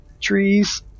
trees